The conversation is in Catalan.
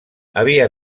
havia